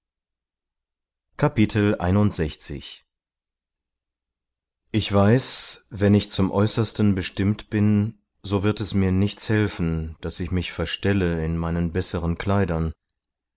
ich weiß wenn ich zum äußersten bestimmt bin so wird es mir nichts helfen daß ich mich verstelle in meinen besseren kleidern